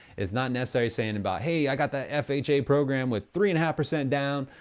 it's not necessarily saying about, hey, i got that fha program with three-and-a-half percent down.